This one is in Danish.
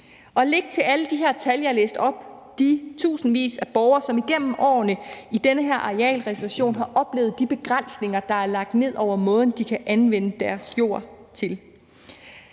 Læg til alle de her tal, jeg læste op, de tusindvis af borgere i den her arealreservation, som igennem årene har oplevet de begrænsninger, der er lagt ned over måden, de kan anvende deres jord på.